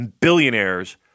billionaires